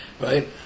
right